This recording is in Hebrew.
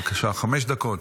בבקשה, חמש דקות.